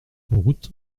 route